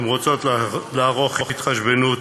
הן רוצות לעשות התחשבנות